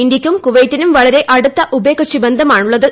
ഇന്ത്യയ്ക്കും കുവൈറ്റിനും വളരെ അടുത്ത ഉഭയകക്ഷി ബന്ധമാണ് ഉളളത്